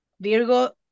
Virgo